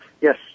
Yes